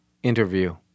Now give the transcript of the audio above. interview